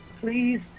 please